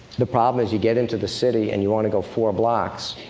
the problem is, you get into the city and you want to go four blocks,